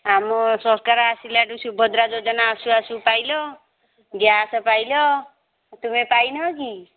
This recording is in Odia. ଆମ ସରକାର ଆସିଲାଠୁ ସୁଭଦ୍ରା ଯୋଜନା ଆସୁ ଆସୁ ପାଇଲ ଗ୍ୟାସ ପାଇଲ ତୁମେ ପାଇ ନାହଁ କି